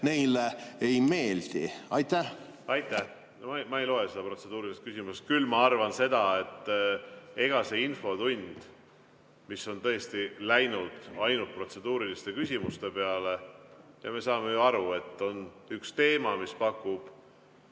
neile ei meeldi? Aitäh! Ma ei loe seda protseduuriliseks küsimuseks. Küll ma arvan seda, et see infotund on tõesti läinud ainult protseduuriliste küsimuste peale ja me saame ju aru, et on üks teema, mis pakub